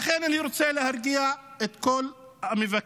לכן אני רוצה להרגיע את כל המבקרים,